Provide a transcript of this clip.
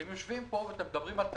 אתם יושבים פה ואתם מדברים על תקציב,